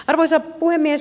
arvoisa puhemies